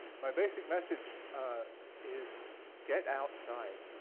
my basic message is get outside.